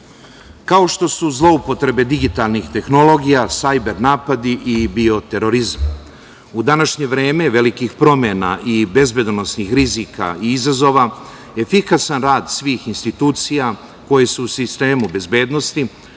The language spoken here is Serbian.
kao što su zloupotrebe digitalnih tehnologija, sajber napadi i bio terorizam. U današnje vreme velikih promena i bezbedonosnih rizika i izazove efikasan rad svih institucija koje su u sistemu bezbednosti,